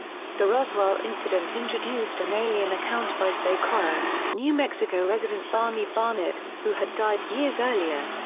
the roswell incident introduced an alien account by socorro, new mexico resident barney barnett, who had died years earlier.